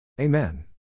Amen